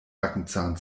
backenzahn